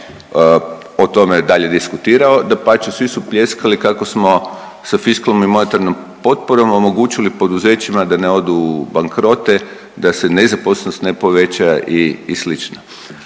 o tome dalje diskutirao. Dapače, svi su pljeskali kako smo sa fiskalnom i monetarnom potporom omogućili poduzećima da ne odu u bankrote, da se ne zaposlenost ne poveća i sl.